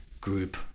group